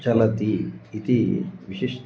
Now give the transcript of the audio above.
चलति इति विशिष्टम्